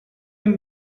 hem